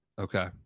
Okay